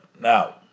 Now